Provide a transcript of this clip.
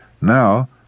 Now